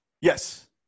Yes